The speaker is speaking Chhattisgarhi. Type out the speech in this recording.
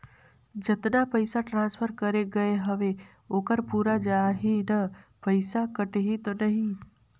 जतना पइसा ट्रांसफर करे गये हवे ओकर पूरा जाही न पइसा कटही तो नहीं?